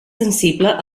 sensible